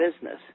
business